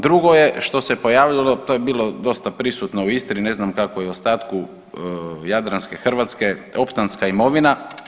Drugo je što se pojavilo to je bilo dosta prisutno u Istri, ne znam kako je u ostatku jadranske Hrvatske optanska imovina.